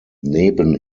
neben